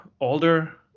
older